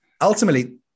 ultimately